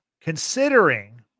considering